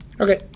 Okay